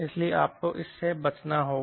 इसलिए आपको इससे बचना होगा